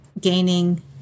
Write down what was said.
gaining